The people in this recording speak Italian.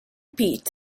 pete